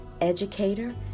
educator